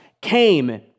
came